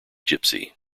gipsy